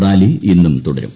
rally ഇന്നും തുടരും